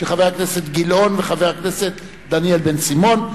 של חבר הכנסת גילאון וחבר הכנסת דניאל בן-סימון,